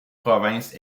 province